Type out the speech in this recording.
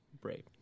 brave